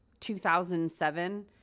2007